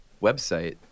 website